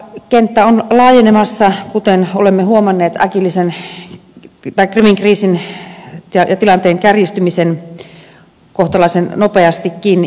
kenttä on laajenemassa kuten olemme huomanneet krimin kriisin tilanteen kärjistyneen kohtalaisen nopeastikin